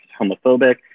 homophobic